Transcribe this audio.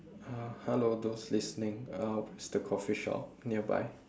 !huh! hello those listening uh where's the coffee shop nearby